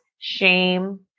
Shame